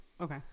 Okay